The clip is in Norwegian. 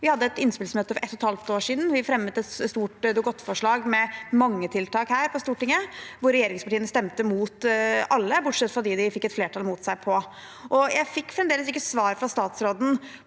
Vi hadde et innspillsmøte for ett og et halvt år siden. Vi fremmet et stort Dokument 8-forslag med mange tiltak for Stortinget, hvor regjeringspartiene stemte mot alle bortsett fra de som de fikk et flertall mot seg på. Jeg fikk fremdeles ikke svar fra statsråden